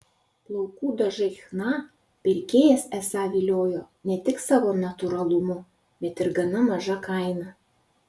plaukų dažai chna pirkėjas esą viliojo ne tik savo natūralumu bet ir gana maža kaina